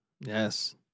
Yes